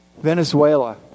Venezuela